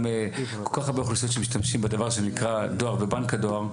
גם כל כך הרבה אוכלוסיות שמשתמשים בדבר שנקרא דואר ובנק הדואר,